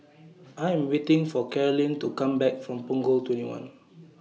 I Am waiting For Carolynn to Come Back from Punggol twenty one